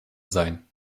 sein